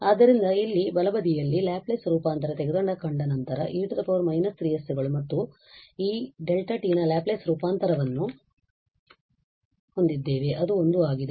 ಆದ್ದರಿಂದ ಇಲ್ಲಿ ಬಲಬದಿಯಲ್ಲಿ ಲ್ಯಾಪ್ಲೇಸ್ ರೂಪಾಂತರ ತೆಗೆದುಕೊಂಡ ನಂತರ e −3s ಗಳು ಮತ್ತು ಈ δ ನ ಲ್ಯಾಪ್ಲೇಸ್ ರೂಪಾಂತರವನ್ನು ಹೊಂದಿದ್ದೇವೆ ಅದು 1 ಆಗಿದೆ